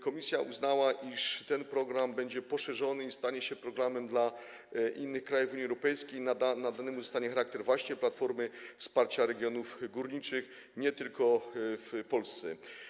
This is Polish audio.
Komisja uznała, iż ten program będzie poszerzony i stanie się programem dla innych krajów Unii Europejskiej, nadany mu zostanie charakter właśnie Platformy Wsparcia Regionów Górniczych nie tylko w Polsce.